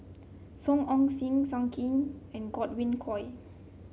Song Ong Siang Zhang Hui and Godwin Koay